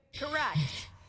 Correct